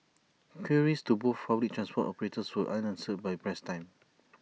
queries to both fully transport operators were unanswered by press time